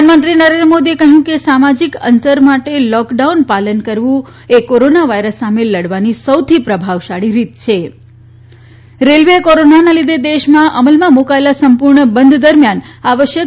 પ્રધાનમંત્રી નરેન્દ્ર મોદીએ કહ્યું કે સામાજિક અંતર માટે લોકડાઉનનું પાલન કરવું એ કોરોના વાયરસ સામે લડવાની સૌથી પ્રભાવશાળી રીત છે રેલ્વેએ કોરોનાના લીધે દેશમાં અમલમાં મૂકાયેલ સંપૂર્ણ બંધ દરમ્યાન આવશ્યક